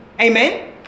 amen